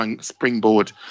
springboard